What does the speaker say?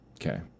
Okay